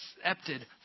accepted